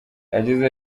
yagize